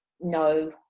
no